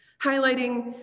highlighting